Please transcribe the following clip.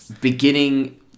beginning